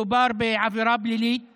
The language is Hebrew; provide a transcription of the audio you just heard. מדובר בעבירה פלילית